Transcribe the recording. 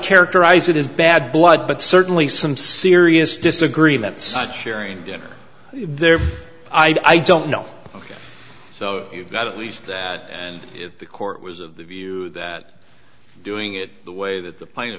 characterize it as bad blood but certainly some serious disagreement such sharing dinner there i don't know ok so you've got at least that and the court was of the view that doing it the way that the